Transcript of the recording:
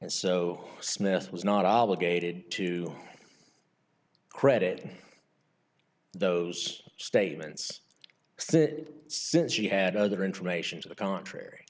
and so smith was not obligated to credit those statements since she had other information to the contrary